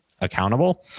accountable